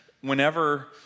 whenever